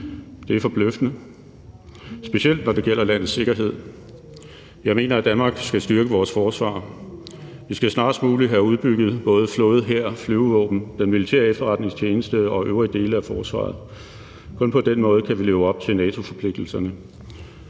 Det er forbløffende, specielt når det gælder landets sikkerhed. Jeg mener, at vi i Danmark skal styrke vores forsvar. Vi skal snarest muligt have udbygget både flåde, hær og flyvevåben, den militære efterretningstjeneste og øvrige dele af forsvaret. Kun på den måde kan vi leve op til NATO-forpligtelserne.